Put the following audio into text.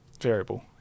Variable